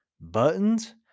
buttons